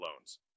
loans